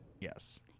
Yes